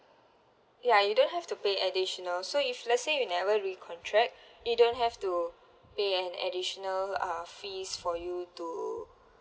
ya you don't have to pay additional so if let's say you never recontract you don't have to pay an additional uh fees for you to